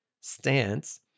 stance